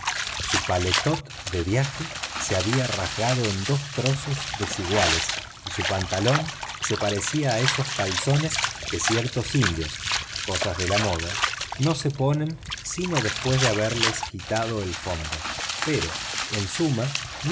su paletot de viaje se había rasgado en dos trozos desiguales y su pantalón se parecía a esos calzones que ciertos indios cosas de moda no se ponen sino después de haberles quitado el fondo pero en suma